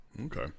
Okay